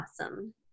awesome